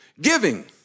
giving